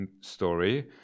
story